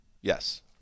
yes